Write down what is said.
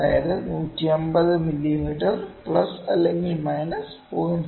അതായത് 150 millimetre plus അല്ലെങ്കിൽ minus 0